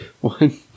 One